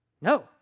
no